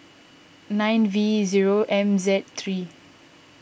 nine V zero M Z three